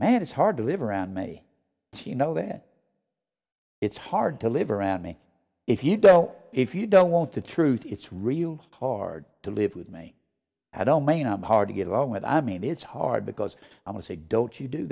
man it's hard to live around me you know that it's hard to live around me if you don't if you don't want the truth it's real hard to live with me i don't mean i'm hard to get along with i mean it's hard because i was it don't you do